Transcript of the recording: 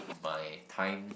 my time